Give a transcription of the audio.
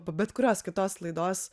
po bet kurios kitos laidos